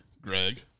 Greg